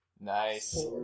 Nice